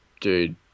dude